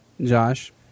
Josh